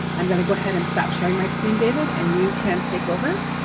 i'm gonna go ahead and stop sharing my screen, david, and you can take over.